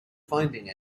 finding